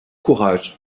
courage